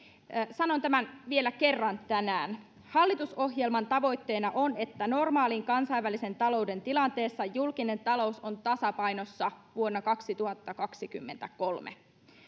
sanon tämän vielä kerran tänään hallitusohjelman tavoitteena on että normaalin kansainvälisen talouden tilanteessa julkinen talous on tasapainossa vuonna kaksituhattakaksikymmentäkolme